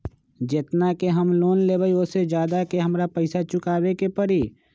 जेतना के हम लोन लेबई ओ से ज्यादा के हमरा पैसा चुकाबे के परी?